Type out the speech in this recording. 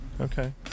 okay